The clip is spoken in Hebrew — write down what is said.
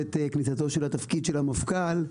עת כניסתו של התפקיד של המפכ"ל,